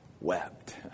wept